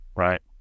right